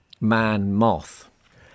man-moth